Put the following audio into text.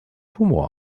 humor